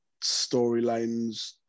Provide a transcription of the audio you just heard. storylines